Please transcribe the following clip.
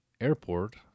airport